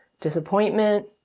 disappointment